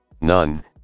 NONE